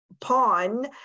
pawn